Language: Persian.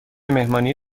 مهمانی